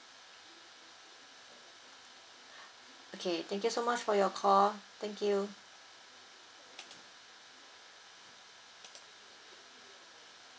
okay thank you so much for your call thank you